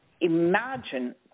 imagine